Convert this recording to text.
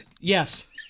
Yes